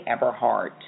Everhart